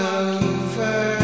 over